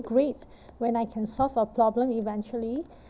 great when I can solve a problem eventually